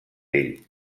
ell